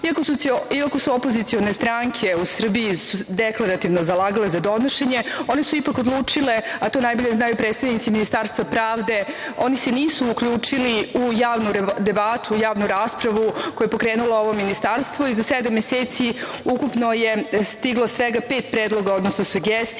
Iako su se opozicione stranke u Srbiji deklarativno zalagale za donošenje, one su ipak odlučile, a to najbolje znaju predstavnici Ministarstva pravde, oni se nisu uključili u javnu debatu, u javnu raspravu koju je pokrenulo ovo ministarstvo i za sedam meseci ukupno je stiglo svega pet predloga, odnosno sugestija